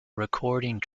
recording